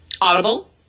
Audible